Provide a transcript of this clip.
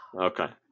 okay